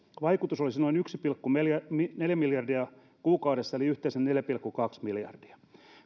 vaikutus olisi noin yksi pilkku neljä neljä miljardia kuukaudessa eli yhteensä neljä pilkku kaksi miljardia